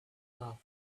love